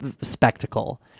spectacle